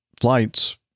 flights